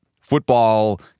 Football